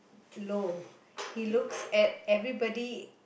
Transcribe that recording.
low he looks at everybody